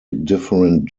different